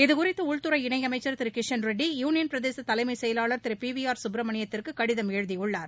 இது குறித்து உள்துறை இணையமைச்சர் திரு கிஷன் ரெட்டி யூனியள் பிரதேச தலைமைச் செயலாளர் திரு பி வி ஆர் சுப்ரமணியத்திற்கு கடிதம் எழுதியுள்ளார்